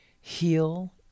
heal